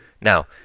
Now